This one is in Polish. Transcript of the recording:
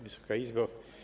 Wysoka Izbo!